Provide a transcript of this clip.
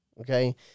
Okay